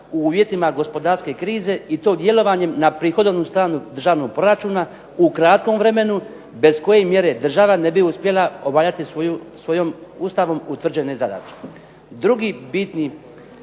u uvjetima gospodarske krize i to djelovanjem na prihodovnu stranu državnog proračuna u kratkom vremenu bez koje mjere država ne bi uspjela obavljati Ustavom utvrđene zadaće". Drugi bitni